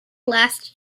last